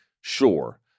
sure